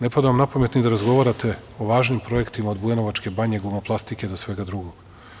Ne pada vam napamet ni da razgovarate o važnim projektima od Bujanovačke banje, „Gumoplastike“, do svega drugog.